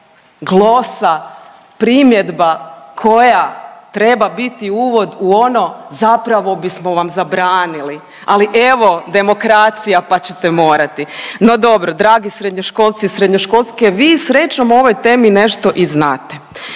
glosa primjedba koja treba biti uvod u ono zapravo bismo vam zabranili, ali evo demokracija pa ćete morati. No dobro. Dragi srednjoškolci i srednjoškolke vi srećom o ovoj temi nešto i znate,